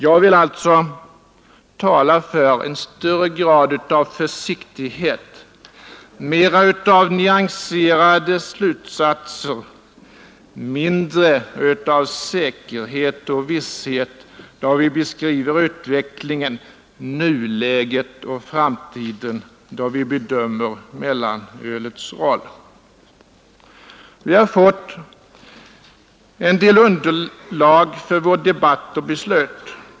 Jag vill alltså tala för en högre grad av försiktighet, mera av nyanserade slutsatser, mindre av säkerhet och visshet, då vi beskriver utvecklingen, nuläget och framtiden, då vi bedömer mellanölets roll. Vi har fått en del underlag för vår debatt och vårt beslut.